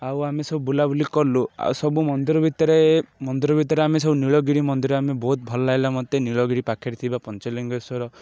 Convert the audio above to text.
ଆଉ ଆମେ ସବୁ ବୁଲାବୁଲି କଲୁ ଆଉ ସବୁ ମନ୍ଦିର ଭିତରେ ମନ୍ଦିର ଭିତରେ ଆମେ ସବୁ ନୀଳଗିରି ମନ୍ଦିର ଆମେ ବହୁତ ଭଲ ଲାଗିଲା ମତେ ନୀଳଗିରି ପାଖରେ ଥିବା ପଞ୍ଚଲିିଙ୍ଗେଶ୍ୱର